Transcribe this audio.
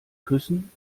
küssen